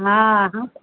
हा हा